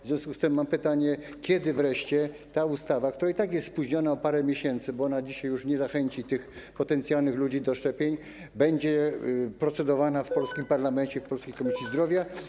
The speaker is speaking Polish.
W związku z tym mam pytanie: Kiedy wreszcie ta ustawa, która i tak jest spóźniona o parę miesięcy, bo ona dzisiaj już nie zachęci tych potencjalnych ludzi do szczepień, będzie procedowana w polskim parlamencie, w polskiej Komisji Zdrowia?